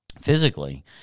physically